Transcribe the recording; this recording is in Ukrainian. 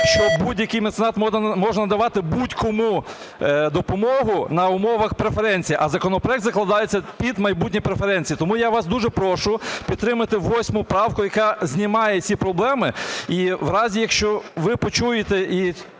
що будь-який меценат може надавати будь-кому допомогу на умовах преференцій. А законопроект закладається під майбутні преференції. Тому я вас дуже прошу підтримати 8 правку, яка знімає ці проблеми. І в разі, якщо ви почуєте,